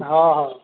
ହଁ ହଉ